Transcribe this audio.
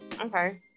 Okay